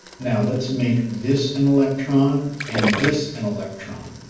now let's make this an electron and this an electron,